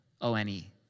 O-N-E